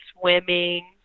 swimming